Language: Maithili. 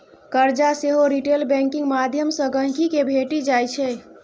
करजा सेहो रिटेल बैंकिंग माध्यमसँ गांहिकी केँ भेटि जाइ छै